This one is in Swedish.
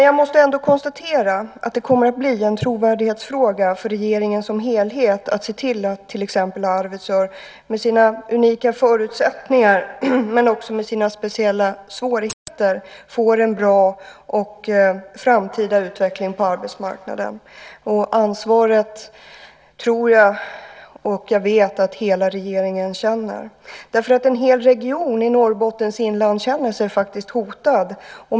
Jag måste ändå konstatera att det kommer att bli en trovärdighetsfråga för regeringen som helhet att se till att till exempel Arvidsjaur med sina unika förutsättningar men också sina speciella svårigheter, får en bra framtida utveckling på arbetsmarknaden. Ansvaret tror jag och vet att hela regeringen känner. En hel region i Norrbottens inland känner sig faktiskt hotad.